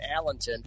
Allenton